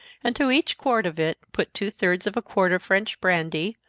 and to each quart of it put two-thirds of a quart of french brandy,